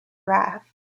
wrath